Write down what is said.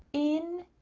in,